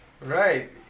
Right